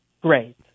great